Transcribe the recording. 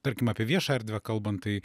tarkim apie viešą erdvę kalbant tai